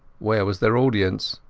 where was their audience?